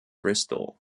bristol